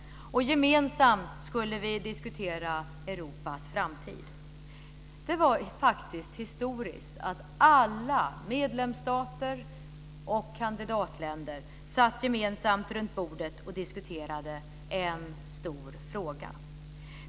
Gemensamt skulle vi diskutera Europas framtid. Det var faktiskt historiskt att alla medlemsstater och kandidatländer satt gemensamt runt bordet och diskuterade en stor fråga.